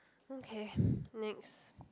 okay next